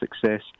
success